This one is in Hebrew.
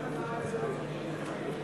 חוק להשתתפותם של העובדים,